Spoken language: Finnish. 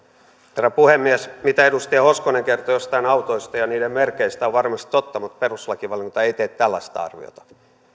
herra puhemies mitä edustaja hoskonen kertoi jostain autoista ja niiden merkeistä on varmasti totta mutta perustuslakivaliokunta ei tee tällaista arviota